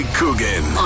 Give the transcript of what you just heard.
Coogan